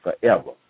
forever